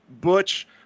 butch